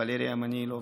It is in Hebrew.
ולריה מנילוב,